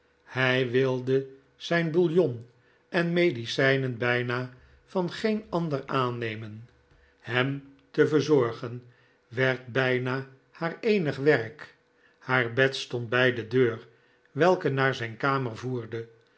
hij wilde zijn bouillon en medicijnen bijna van geen ander aannemen hem te verzorgen werd bijna haar eenig werk haar bed stond bij de deur welke naar zijn kamer voerde